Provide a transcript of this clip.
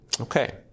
Okay